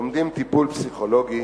לומדים טיפול פסיכולוגי,